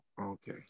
Okay